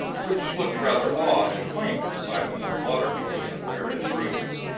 which looked rather odd and quaint beside the more modern doors of the various rooms.